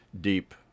deep